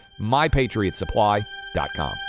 MyPatriotSupply.com